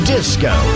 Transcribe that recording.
Disco